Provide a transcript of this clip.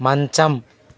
మంచం